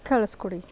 ಕಳಿಸ್ಕೊಡಿ